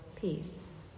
peace